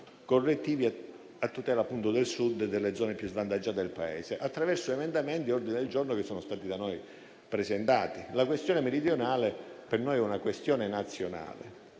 correttivi a tutela del Sud e delle zone più svantaggiate del Paese attraverso emendamenti e ordini del giorno che sono stati da noi presentati. La questione meridionale per noi è nazionale,